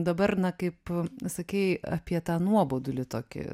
dabar na kaip sakei apie tą nuobodulį tokį